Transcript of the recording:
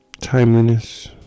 Timeliness